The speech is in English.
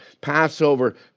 Passover